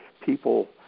people